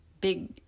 big